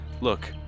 look